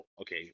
okay